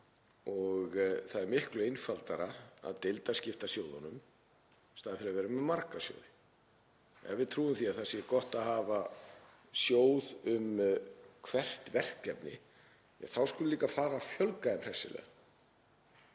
og það er miklu einfaldara að deildaskipta sjóðunum í staðinn fyrir að vera með marga sjóði. Ef við trúum því að það sé gott að hafa sjóð um hvert verkefni þá skulum við líka fara að fjölga þeim hressilega.